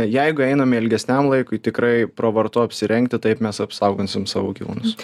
jeigu einame ilgesniam laikui tikrai pravartu apsirengti taip mes apsaugosim savo gyvūnus